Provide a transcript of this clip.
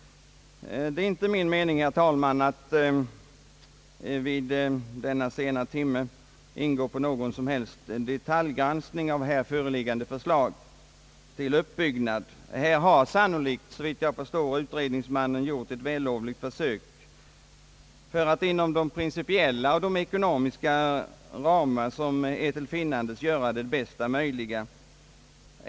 Det är, herr talman, inte min mening att vid denna sena timme ingå på någon som helst detaljgranskning av föreliggande förslag till uppbyggnad. Här har utredningsmannen, såvitt jag förstår, gjort ett vällovligt försök att inom de principiella och ekonomiska ramar som är till finnandes göra det bästa möjliga.